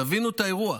תבינו את האירוע.